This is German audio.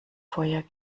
feuer